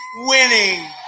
winning